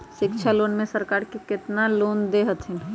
शिक्षा लोन में सरकार केतना लोन दे हथिन?